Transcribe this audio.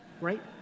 right